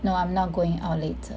no I'm not going out later